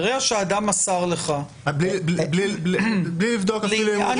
ברגע שאדם מסר לך בלי לבדוק אפילו אם הוא